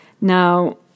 Now